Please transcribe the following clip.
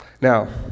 Now